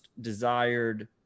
desired